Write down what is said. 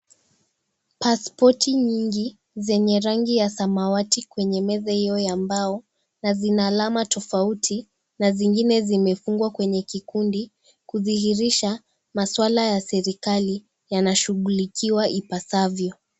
Paspoti nyingi zenye rangi ya samawati kwenye meza hiyo ya mbao na zina alama tofauti na zingine zimefungwa kwenye kikundi kudhihirisha maswala ya serikali yanashugulikiwa ipasavyo.